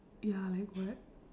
ya like what